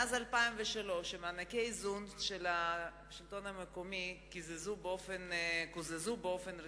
מאז 2003 מענקי האיזון של השלטון המקומי קוזזו באופן רציני,